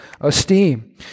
esteem